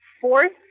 Fourth